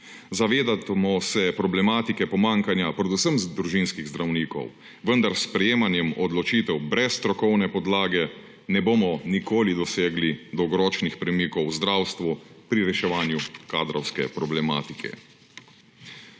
Zavedati se moramo problematike pomanjkanja predvsem družinskih zdravnikov, vendar s sprejemanjem odločitev brez strokovne podlage ne bomo nikoli dosegli dolgoročnih premikov v zdravstvu pri reševanju kadrovske problematike.